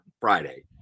Friday